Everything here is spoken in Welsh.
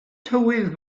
tywydd